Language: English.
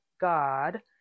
God